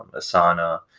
asana,